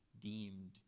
deemed